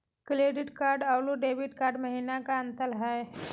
Credit card अरू debit card महिना का अंतर हई?